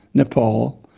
nepal,